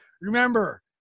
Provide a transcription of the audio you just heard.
remember